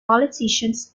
politicians